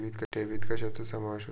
ठेवीत कशाचा समावेश होतो?